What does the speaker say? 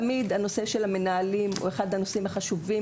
תמיד נושא המנהלים הוא אחד הנושאים החשובים